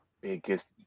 biggest